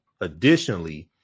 additionally